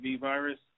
virus